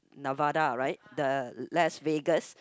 Nevada right the Las Vegas